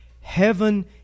Heaven